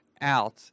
out